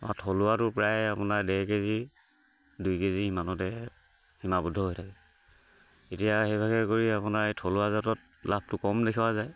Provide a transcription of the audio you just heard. আমাৰ থলুৱাটো প্ৰায় আপোনাৰ ডেৰ কেজি দুই কেজি ইমানতে সীমাবদ্ধ হৈ থাকে এতিয়া সেইভাগে কৰি আপোনাৰ এই থলুৱা জাতত লাভটো কম দেখুওৱা যায়